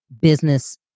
business